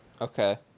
Okay